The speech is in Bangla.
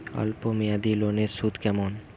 অল্প মেয়াদি লোনের সুদ কেমন?